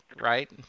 right